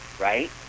right